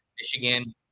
Michigan